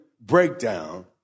breakdown